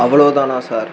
அவ்ளோதானா சார்